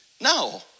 No